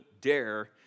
dare